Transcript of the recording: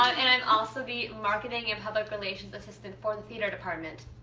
um and i'm also the marketing and public relations assistant for the theatre department.